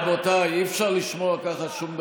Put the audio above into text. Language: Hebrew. בעד רבותיי, אי-אפשר לשמוע ככה שום דבר.